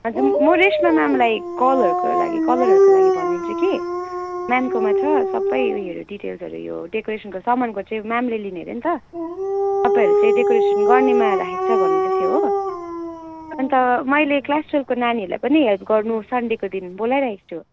हजुर म रेशमा म्यामलाई कलरको लागि कलरहरूको लागि भनिदिन्छु कि नानीकोमा छ सबै ऊ योहरू डिटेल्सहरू यो डेकोरेसनको समानको चाहिँ म्यामले लिने अरे नि त तपाईँहरू चाहिँ डेकोरेसन गर्नेमा राखेको छ भन्नुहुँदै थियो हो अनि त मैले क्लास ट्वेल्भको नानीहरूलाई पनि हेल्प गर्नु सन्डेको दिन बोलाइराखेको छु